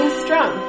strum